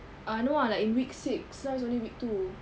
uh no ah like in week six now is only week two